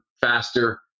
faster